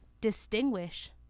distinguish